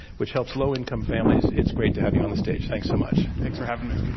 which helps low-income families. it's great to have you on the stage. thanks so much. thanks for having me.